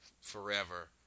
forever